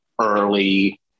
early